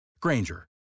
Granger